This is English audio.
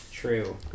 True